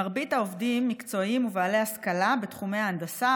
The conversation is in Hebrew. מרבית העובדים מקצועיים ובעלי השכלה בתחומי ההנדסה,